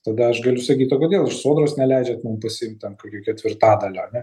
tada aš galiu sakyt o kodėl iš sodros neleidžiat mum pasiimt ten kokio ketvirtadalio ane